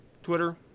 Twitter